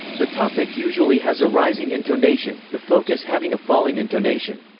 the topic usually has a rising intonation, the focus having a falling intonation.